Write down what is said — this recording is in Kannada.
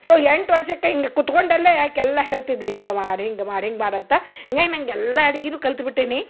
ಸೊ ಎಂಟು ವರ್ಷಕ್ಕೆ ಹಿಂಗೆ ಕುತ್ಕೊಂಡಲ್ಲೆ ಆಕಿ ಎಲ್ಲ ಹೇಳ್ತಿದ್ಲು ಹಿಂಗೆ ಮಾಡಿ ಹಿಂಗೆ ಮಾಡಿ ಹಿಂಗೆ ಮಾಡಿ ಅಂತ ಹಿಂಗಾಯ್ ನಂಗೆ ಎಲ್ಲ ಅಡಿಗೀನು ಕಲ್ತು ಬಿಟ್ಟಿನಿ